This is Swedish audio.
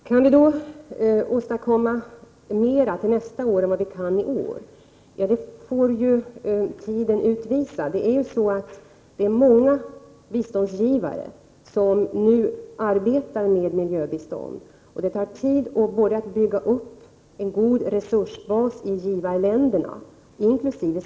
Kan vi åstadkomma mera nästa år än vad vi gör i år? Det får tiden utvisa. Många biståndsgivare arbetar nu med miljöbistånd, och det tar tid både att bygga upp en god resursbas i givarländerna, inkl.